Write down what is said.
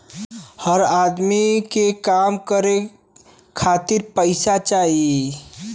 हर अदमी के काम करे खातिर पइसा चाही